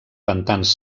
pantans